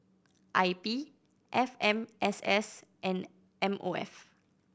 I P F M S S and M O F